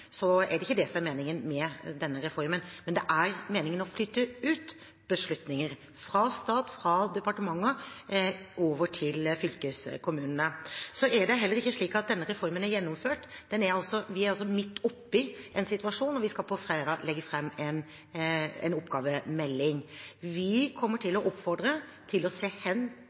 er det ikke det som er meningen med denne reformen. Det er meningen å flytte ut beslutninger fra stat, fra departementer og over til fylkeskommunene. Så er det ikke slik at denne reformen er gjennomført. Vi er midt oppe i en situasjon, og vi skal på fredag legge fram en oppgavemelding. Vi kommer til å oppfordre til å se hen